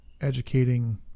educating